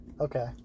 Okay